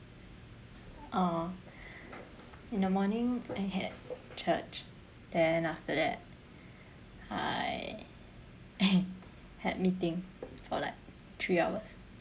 uh in the morning I had church then after that I had meeting for like three hours